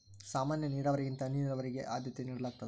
ಸಾಮಾನ್ಯ ನೇರಾವರಿಗಿಂತ ಹನಿ ನೇರಾವರಿಗೆ ಆದ್ಯತೆ ನೇಡಲಾಗ್ತದ